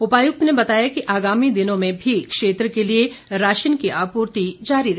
उपायुक्त ने बताया कि आगामी दिनों में भी क्षेत्र के लिए राशन की आपूर्ति जारी रहेगी